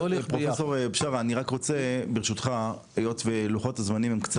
בשארה אני רק רוצה ברשותך היות ולוחות הזמנים הם קצרים,